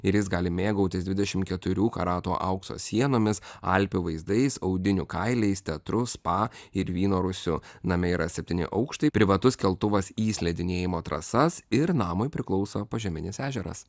ir jis gali mėgautis dvidešimt keturių karatų aukso sienomis alpių vaizdais audinių kailiais teatru spa ir vyno rūsiu name yra septyni aukštai privatus keltuvas į slidinėjimo trasas ir namui priklauso požeminis ežeras